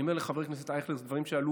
אני אומר לחבר כנסת אייכלר: אלה דברים שעלו